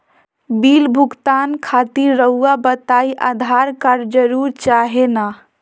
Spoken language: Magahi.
बिल भुगतान खातिर रहुआ बताइं आधार कार्ड जरूर चाहे ना?